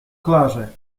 klarze